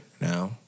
now